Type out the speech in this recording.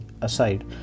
aside